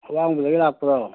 ꯑꯋꯥꯡꯕꯗꯒꯤ ꯂꯥꯛꯄ꯭ꯔꯣ